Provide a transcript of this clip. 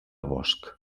bosc